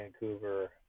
Vancouver